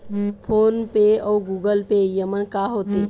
Phone पे अउ Google Pay येमन का होते?